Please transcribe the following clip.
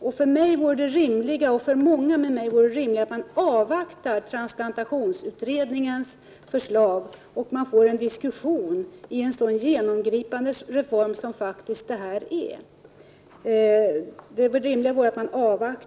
Jag och många med mig anser att det rimliga är att man avvaktar transplantationsutredningens förslag och får en diskussion om en så genomgripande reform som det här faktiskt gäller.